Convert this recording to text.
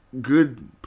good